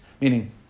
Meaning